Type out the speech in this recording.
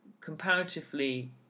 comparatively